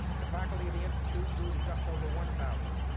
the faculty of the institute grew to just over one thousand.